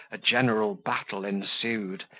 a general battle ensued,